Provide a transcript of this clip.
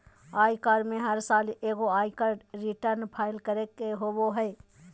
आयकर में हर साल एगो आयकर रिटर्न फाइल करे के होबो हइ